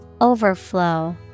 Overflow